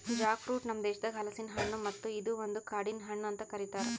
Jack fruit ನಮ್ ದೇಶದಾಗ್ ಹಲಸಿನ ಹಣ್ಣು ಮತ್ತ ಇದು ಒಂದು ಕಾಡಿನ ಹಣ್ಣು ಅಂತ್ ಕರಿತಾರ್